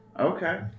Okay